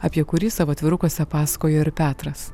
apie kurį savo atvirukuose pasakojo ir petras